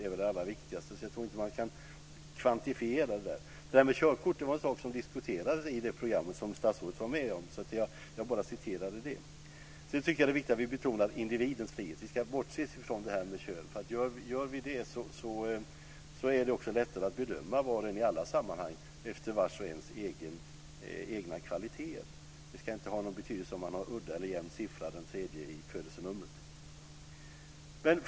Jag tror inte att man kan kvantifiera det skydd som behövs. Begreppet "körkort" diskuterades i det program som statsrådet deltog i. Jag hänvisade bara till det. Jag tycker vidare att det är viktigt att vi betonar individens frihet. Vi ska bortse från könet. Det blir då lättare att bedöma var och en efter respektive persons egna kvaliteter. Det ska inte ha någon betydelse om den tredje siffran i ens födelsenummer är udda eller jämn.